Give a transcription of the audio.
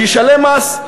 שישלם מס,